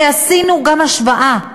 ועשינו גם השוואה,